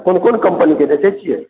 कोन कोन कम्पनीके देखै छियै